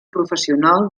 professional